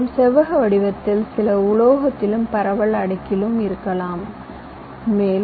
மேலும் செவ்வக வடிவத்தில் சில உலோகத்திலும் பரவல் அடுக்கிலும் மற்றும் பாலிசிலிகான் அடுக்கிலும் இருக்கலாம்